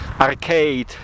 arcade